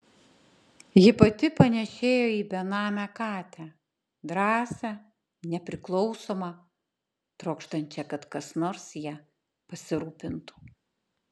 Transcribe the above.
ji pati panėšėjo į benamę katę drąsią nepriklausomą trokštančią kad kas nors ja pasirūpintų